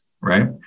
right